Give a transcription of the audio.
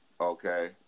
Okay